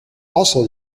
also